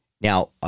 Now